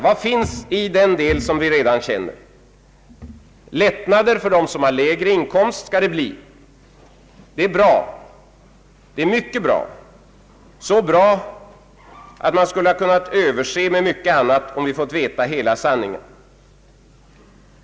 Vad finns i den del som vi redan känner? Lättnader för dem som har lägre inkomst skall det bli. Det är mycket bra, så bra att man skulle ha kunnat överse med mycket annat om vi fått veta hela sanningen.